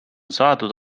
saadud